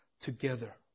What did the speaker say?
together